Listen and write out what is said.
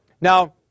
Now